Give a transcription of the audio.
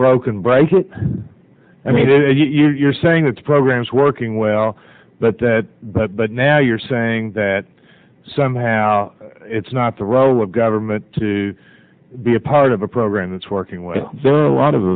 broken bright i mean you're saying that the program is working well but that but now you're saying that somehow it's not the role of government to be a part of a program that's working well there are a lot of